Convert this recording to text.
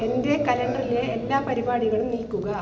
എൻ്റെ കലണ്ടറിലെ എല്ലാ പരിപാടികളും നീക്കുക